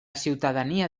ciutadania